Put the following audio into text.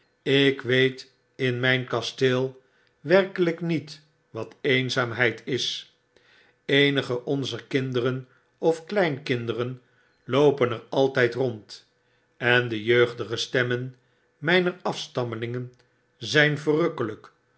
ik weet in myn kasteel werkelyk niet wat eenzaamheid is eenige onzer kinderen of kleinkinderen loopen er altyd rond en de jeugdige stemmen mijner afstammelingen zijn verrukkelyk